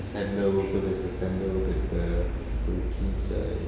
the sandal also there's a sandal at the two kids err